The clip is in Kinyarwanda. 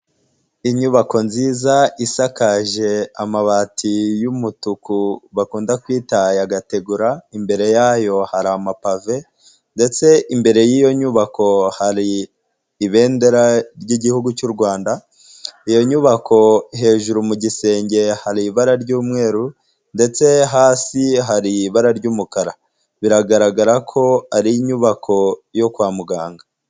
Inyubako nziza isakaje amabati y'umutuku bakunda kwita yagategura, imbere yayo hari amapave ndetse imbere y'iyo nyubako hari ibendera ry'igihugu cy'u Rwanda. Iyo nyubako hejuru mu gisenge hari ibara ry'umweru ndetse hasi hari ibara ry'umukara. Biragaragara ko ari inyubako yo kwa muganga.